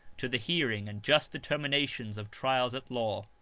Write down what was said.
to the hearing and just determinations of trials at law.